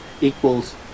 equals